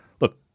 look